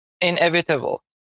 Inevitable